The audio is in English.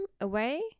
away